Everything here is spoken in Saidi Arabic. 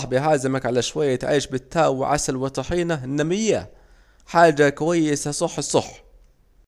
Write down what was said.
يا صاحبي هعزمك على شوية عيش بتاو وعسل وطحينة انما اييه، حاجة صح الصح